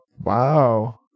Wow